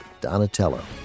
Donatello